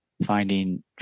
finding